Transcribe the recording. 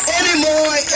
anymore